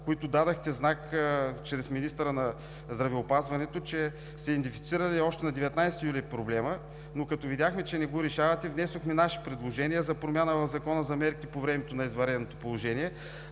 които дадохте знак чрез министъра на здравеопазването, че се идентифицирали още на 19 юли проблема, но като видяхме, че не го решавате, внесохме наши предложения за промяна в Закона за мерките по времето на извънредното положение.